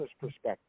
perspective